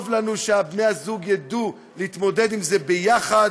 טוב לנו שבני-הזוג ידעו להתמודד עם זה ביחד.